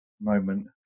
moment